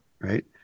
right